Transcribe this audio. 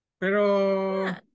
Pero